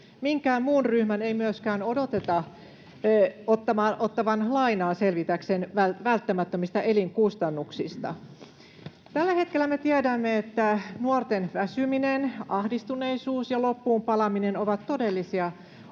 Minkään muun ryhmän ei myöskään odoteta ottavan lainaa selvitäkseen välttämättömistä elinkustannuksista. Tällä hetkellä me tiedämme, että nuorten väsyminen, ahdistuneisuus ja loppuunpalaminen ovat todellisia ongelmia